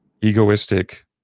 egoistic